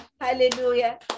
hallelujah